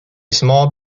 small